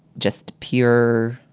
just pure,